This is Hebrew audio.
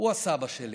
הוא הסבא שלי.